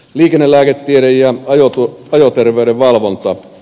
liikennelääketiede ja ajoterveyden valvonta